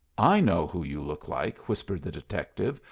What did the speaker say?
i know who you look like, whispered the detective,